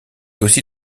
aussi